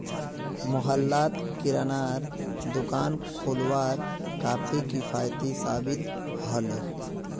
मोहल्लात किरानार दुकान खोलवार काफी किफ़ायती साबित ह ले